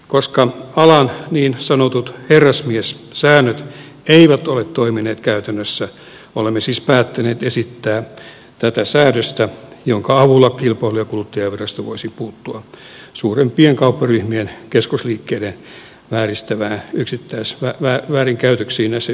koska alan niin sanotut herrasmiessäännöt eivät ole toimineet käytännössä olemme siis päättäneet esittää tätä säädöstä jonka avulla kilpailu ja kuluttajavirasto voisi puuttua suurempien kaupparyhmien keskusliikkeiden väärinkäytöksiin näissä yksittäistapauksissa